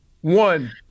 One